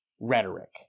rhetoric